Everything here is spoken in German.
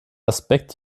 aspekt